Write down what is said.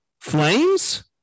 flames